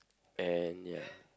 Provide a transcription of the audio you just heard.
and ya